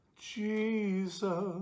Jesus